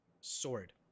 sword